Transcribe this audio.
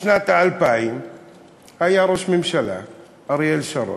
בשנת 2000 היה ראש ממשלה, אריאל שרון,